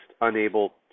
unable